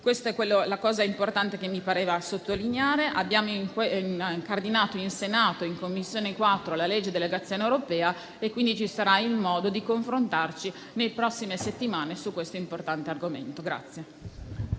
Questo è l'aspetto importante che mi premeva sottolineare. Abbiamo dunque incardinato in Senato e in 4ª Commissione la legge di delegazione europea e quindi ci sarà modo di confrontarci nelle prossime settimane su questo importante argomento.